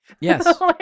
Yes